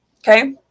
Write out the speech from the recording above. Okay